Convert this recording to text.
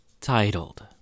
Titled